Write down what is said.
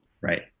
right